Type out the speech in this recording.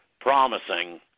promising